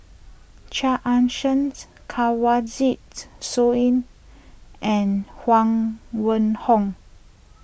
Chia Ann Siangt Kanwaljit Soin and Huang Wenhong